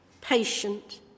patient